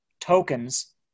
tokens